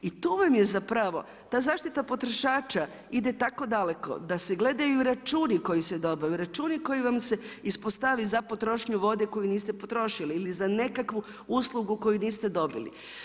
I to vam je zapravo, ta zaštita potrošača ide tako daleko da se gledaju računi koji se dobave, računi koji vam se ispostavi za potrošnju vode koju niste potrošili ili za nekakvu uslugu koju niste dobili.